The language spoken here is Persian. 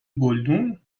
گلدون